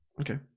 Okay